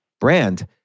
brand